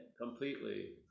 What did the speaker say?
completely